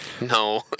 No